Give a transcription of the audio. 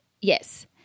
Yes